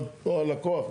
או הלקוח,